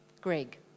Greg